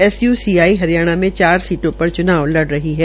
S U E E Haryana में चार सीटों पर च्नाव लड़ रही है